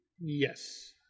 Yes